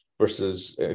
versus